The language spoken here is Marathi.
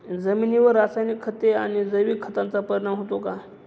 जमिनीवर रासायनिक खते आणि जैविक खतांचा परिणाम होतो का?